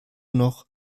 noch